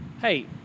Hey